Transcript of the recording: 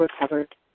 recovered